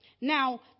Now